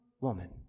woman